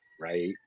right